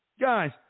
guys